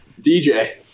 DJ